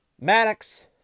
Maddox